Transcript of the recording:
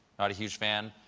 not a huge fan.